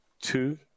two